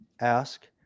ask